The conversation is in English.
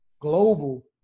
global